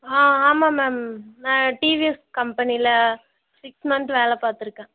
ஆ ஆமாம் மேம் நான் டிவிஎஸ் கம்பெனியில் சிக்ஸ் மந்த் வேலை பார்த்துருக்கேன்